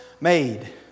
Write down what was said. made